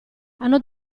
hanno